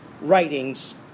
writings